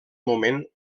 moment